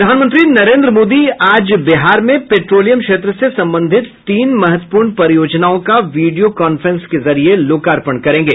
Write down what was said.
प्रधानमंत्री नरेन्द्र मोदी आज बिहार में पेट्रोलियम क्षेत्र से संबंधित तीन महत्वपूर्ण परियोजनाओं का वीडियो कॉन्फ्रेंस के जरिये लोकार्पण करेंगे